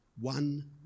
one